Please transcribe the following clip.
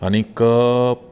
आनीक